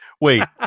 Wait